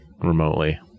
remotely